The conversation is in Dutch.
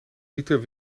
dieter